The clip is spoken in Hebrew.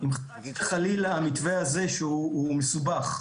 אם חלילה המתווה הזה, שהוא מסובך,